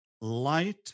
light